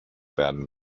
werden